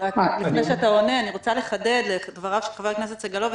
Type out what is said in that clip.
לפני שאתה עונה אני רוצה לחדד את דבריו של ח"כ סגלוביץ'.